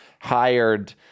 hired